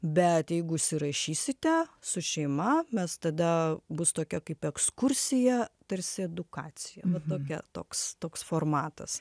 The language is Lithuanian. bet jeigu užsirašysite su šeima mes tada bus tokia kaip ekskursija tarsi edukacija va tokia toks toks formatas